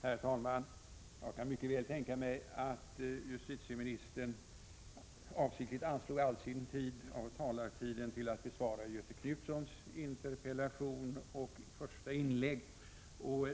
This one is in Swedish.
Herr talman! Jag kan mycket väl tänka mig att justitieministern avsiktligt anslog hela sin repliktid till att besvara Göthe Knutsons interpellation och första inlägg.